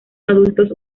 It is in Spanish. adultos